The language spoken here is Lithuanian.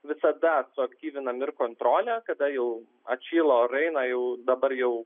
visada suaktyvinam ir kontrolę kada jau atšyla orai na jau dabar jau